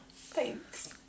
thanks